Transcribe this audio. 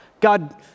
God